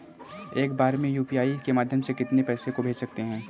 एक बार में यू.पी.आई के माध्यम से कितने पैसे को भेज सकते हैं?